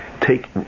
take